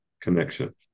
connection